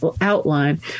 outline